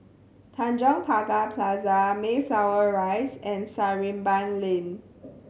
Tanjong Pagar Plaza Mayflower Rise and Sarimbun Lane